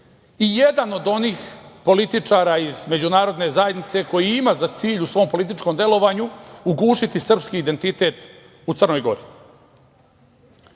i jedan od onih političara iz Međunarodne zajednice koja ima za cilj u svom političkom delovanju ugušiti srpski identitet u Crnoj Gori. Ako